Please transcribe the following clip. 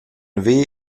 haver